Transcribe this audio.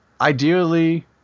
Ideally